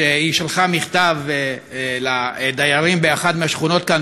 ששלחה מכתב לדיירים באחת מהשכונות כאן